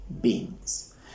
beings